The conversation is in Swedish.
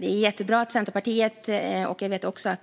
Det är jättebra att Centerpartiet, och